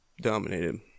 dominated